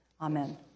Amen